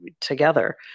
together